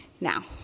now